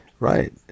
Right